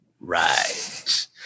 Right